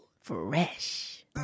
Fresh